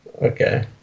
okay